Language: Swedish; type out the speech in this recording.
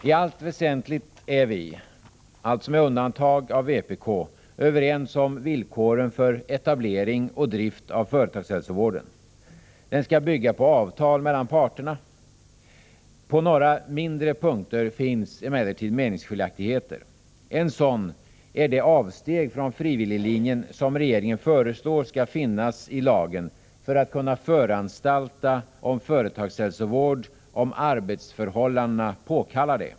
I allt väsentligt är vi — alltså med undantag av vpk — överens om villkoren för etablering och drift av företagshälsovården. Den skall bygga på avtal mellan parterna. På några mindre punkter finns emellertid meningsskiljaktigheter. En sådan är det avsteg från frivilliglinjen som regeringen föreslår skall finnas i lagen för att man skall kunna föranstalta om företagshälsovård, ifall arbetsförhållandena påkallar det.